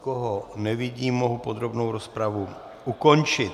Nikoho nevidím, mohu podrobnou rozpravu ukončit.